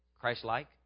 Christ-like